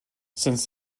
since